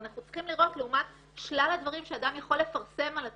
אנחנו צריכים לראות לעומת שלל הדברים שאדם יכול לפרסם על עצמו,